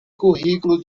currículo